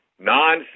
non